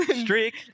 Streak